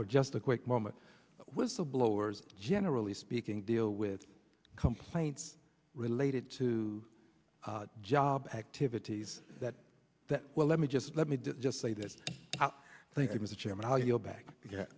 for just a quick moment whistleblowers generally speaking deal with complaints related to job activities that well let me just let me just say that i think i was